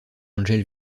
angel